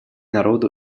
народу